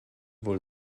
wohl